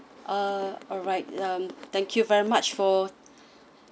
uh alright um thank you very much for